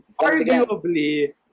Arguably